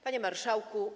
Panie Marszałku!